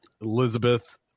Elizabeth